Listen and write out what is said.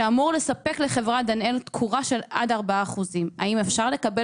שאמור לספק לחברת דנאל תקורה של עד 4%. האם אפשר לקבל